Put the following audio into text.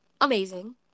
amazing